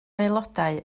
aelodau